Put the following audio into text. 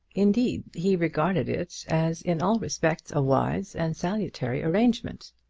indeed, he regarded it as in all respects a wise and salutary arrangement.